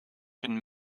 qu’une